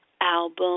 album